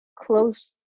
close